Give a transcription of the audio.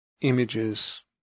images